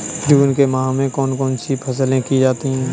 जून के माह में कौन कौन सी फसलें की जाती हैं?